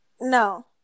No